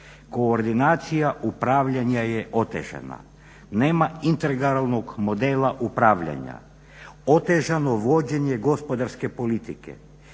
Koordinacija upravljanja je otežana, nema integralnog modela upravljanja, otežano je vođenje gospodarske politike,